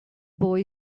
boy